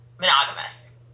monogamous